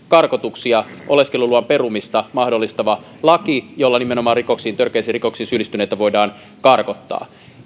karkotuksia oleskeluluvan perumisen mahdollistava laki jolla nimenomaan törkeisiin rikoksiin syyllistyneitä voidaan karkottaa